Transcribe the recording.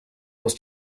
los